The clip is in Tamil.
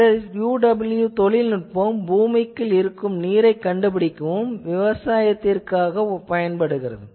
இந்த UWB தொழில்நுட்பம் பூமிக்குள் இருக்கும் நீரைக் கண்டுபிடிக்கவும் விவசாயத்திற்கு உதவுகிறது